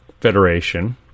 Federation